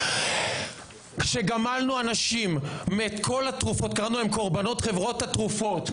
כשגמלנו אנשים מכל חברות התרופות,